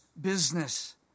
business